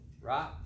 right